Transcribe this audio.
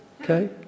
Okay